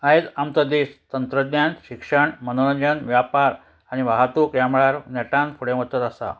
आयज आमचो देश तंत्रज्ञान शिक्षण मनोरंजन व्यापार आनी वाहतूक ह्या मळार नेटान फुडें वचत आसा